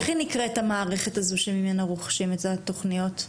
איך נקראת המערכת הזו שממנה רוכשים את התוכניות?